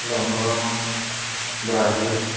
London Brazil